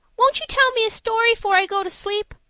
won't you tell me a story fore i go to sleep?